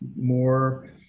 more